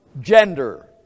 gender